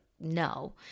no